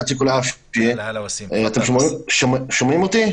שומעים אותי?